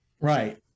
Right